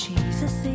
Jesus